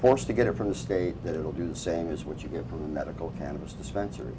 force to get it from the state that it will do the same as what you get from medical cannabis dispens